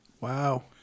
wow